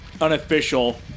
Unofficial